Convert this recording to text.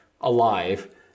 alive